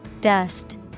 Dust